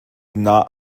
not